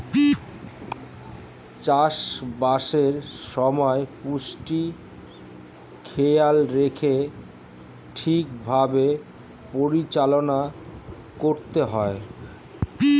চাষ বাসের সময় পুষ্টির খেয়াল রেখে ঠিক ভাবে পরিচালনা করতে হয়